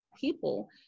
people